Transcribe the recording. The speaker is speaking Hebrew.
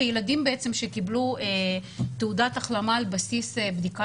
ילדים שקיבלו תעודת החלמה על בסיס בדיקה